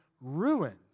ruined